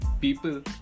People